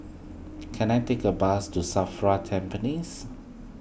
can I take a bus to Safra Tampines